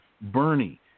Bernie